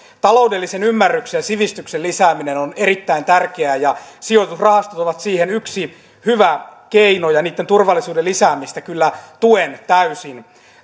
taloudellisen ymmärryksen ja sivistyksen lisääminen on erittäin tärkeää ja sijoitusrahastot ovat siihen yksi hyvä keino ja niitten turvallisuuden lisäämistä kyllä tuen täysin